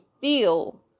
feel